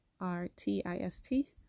r-t-i-s-t